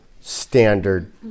standard